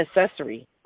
accessory